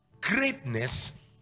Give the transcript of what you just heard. greatness